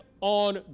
on